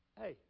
hey